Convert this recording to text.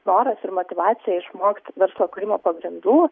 noras ir motyvacija išmokt verslo kūrimo pagrindų